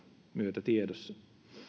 myötä tiedossa